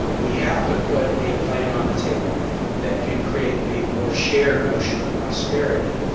we have to put a plan on the table that can create a more shared notion of prosperity.